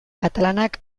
katalanak